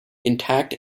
intact